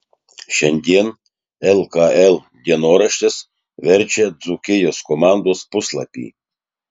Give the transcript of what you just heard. šiandien lkl dienoraštis verčia dzūkijos komandos puslapį